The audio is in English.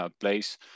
Place